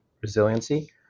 resiliency